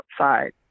outside